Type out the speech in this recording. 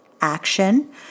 action